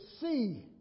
see